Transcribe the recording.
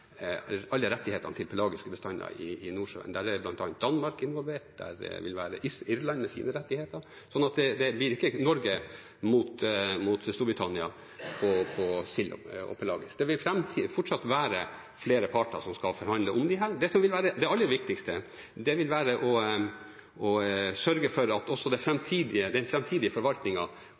alle rettighetene til pelagiske bestander i Nordsjøen. Der er bl.a. Danmark involvert, Irland vil være der med sine rettigheter, sånn at det blir ikke Norge mot Storbritannia på sild og pelagisk. Det vil fortsatt være flere parter som skal forhandle om dette. Det aller viktigste vil være å sørge for at også den framtidige